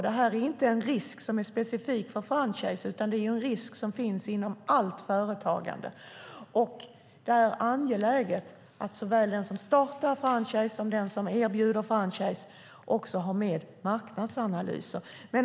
Detta är inte en risk som är specifik för franchise utan en risk som finns inom allt företagande. Det är angeläget att såväl den som startar franchise som den som erbjuder franchise har med marknadsanalyser.